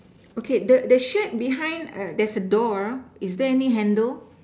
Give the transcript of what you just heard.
okay the the shirt behind err there's a door is there any handle